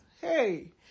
Hey